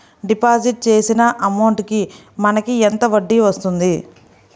Deposit చేసిన amount కి మనకి ఎంత వడ్డీ వస్తుంది?